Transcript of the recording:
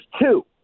two